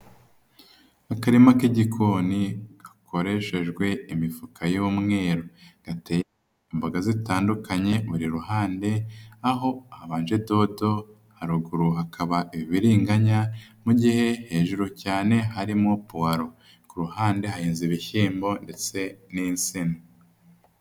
Akarima k'igikoni gakoreshejwe imifuka y'umweru. Gateyemo imboga zitandukanye, buri ruhande aho hbanje dodo, haruguru hakaba ibibiriganya, mu gihe hejuru cyane harimo puwalo. Ku ruhande hakaba heze ibishyimbo ndetse n'insina.